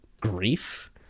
grief